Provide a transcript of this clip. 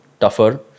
tougher